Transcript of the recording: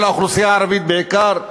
של האוכלוסייה הערבית בעיקר,